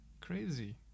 Crazy